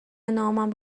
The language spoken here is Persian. نامم